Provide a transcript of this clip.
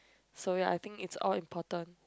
so ya I think it's all important